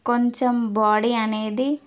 కొంచెం బాడీ అనేది